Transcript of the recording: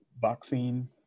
vaccine